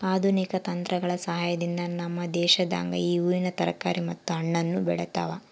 ಆಧುನಿಕ ತಂತ್ರಗಳ ಸಹಾಯದಿಂದ ನಮ್ಮ ದೇಶದಾಗ ಈ ಹೂವಿನ ತರಕಾರಿ ಮತ್ತು ಹಣ್ಣನ್ನು ಬೆಳೆತವ